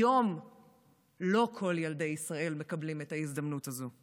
היום לא כל ילדי ישראל מקבלים את ההזדמנות הזאת.